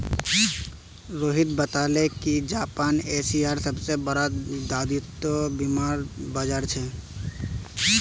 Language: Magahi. रोहित बताले कि जापान एशियार सबसे बड़ा दायित्व बीमार बाजार छे